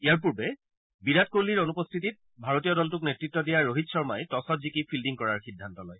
ইয়াৰ পূৰ্বে বিৰাট কোহলিৰ অনুপস্থিতিত ভাৰতীয় দলটোক নেতত্ দিয়া ৰোহিত শৰ্মাই টছত জিকি ফিল্ডিং কৰাৰ সিদ্ধান্ত লয়